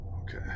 Okay